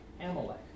Amalek